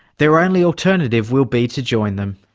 their only alternative will be to join them.